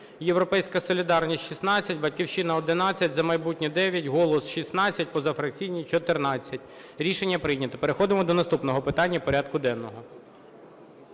"Європейська солідарність" - 16, "Батьківщина" – 11, "За майбутнє" – 9, "Голос" – 16, позафракційні – 14. Рішення прийнято. Переходимо до наступного питання порядку денного.